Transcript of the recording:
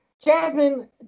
Jasmine